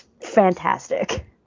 fantastic